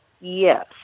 Yes